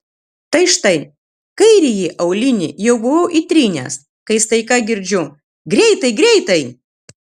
tai štai kairįjį aulinį jau buvau įtrynęs kai staiga girdžiu greitai greitai